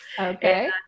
Okay